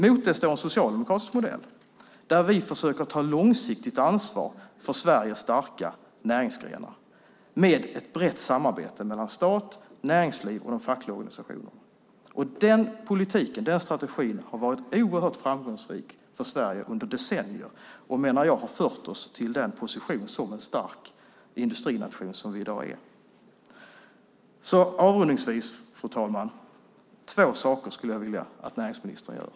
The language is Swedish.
Mot det står en socialdemokratisk modell där vi försöker ta långsiktigt ansvar för Sveriges starka näringsgrenar med ett brett samarbete mellan stat, näringsliv och de fackliga organisationerna. Den strategin har varit oerhört framgångsrik för Sverige under decennier och, menar jag, har fört oss till den position som en stark industrination där vi i dag är. Avrundningsvis, fru talman, är det två saker som jag skulle vilja att näringsministern gör.